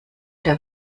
der